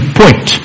point